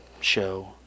show